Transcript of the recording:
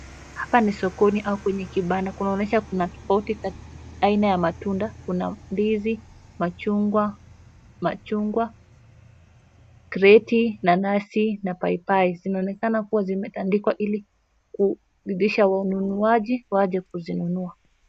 Hapa ni sokoni au kwenye kibanda. Kunaonyesha kuna tofauti kati aina ya matunda, kuna ndizi, machungwa, kreti, nanasi na paipai. Zinaonekana kuwa zimetandikwa ili kuzidisha wanunuaji waje kuzinunua.